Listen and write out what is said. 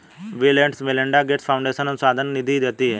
bill and Melinda Gates Foundation अनुसंधान निधि देती है